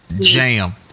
jam